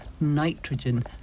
nitrogen